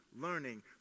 learning